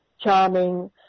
charming